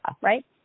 right